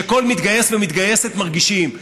שכל מתגייס ומתגייסת מרגישים,